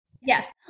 Yes